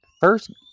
first